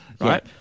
right